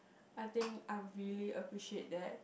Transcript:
I think I really appreciate that